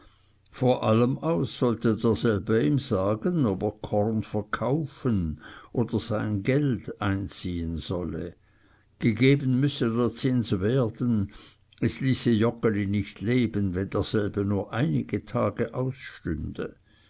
vor allem aus sollte derselbe ihm sagen ob er korn verkaufen oder sein geld einziehen solle gegeben müsse der zins werden es ließe joggeli nicht leben wenn derselbe nur einige tage ausstünde